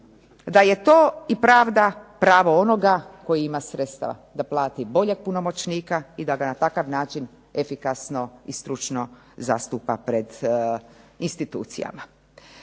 da je to i pravda, pravo onoga koji ima sredstava da plati boljeg punomoćnika i da ga na takav način efikasno i stručno zastupa pred institucijama.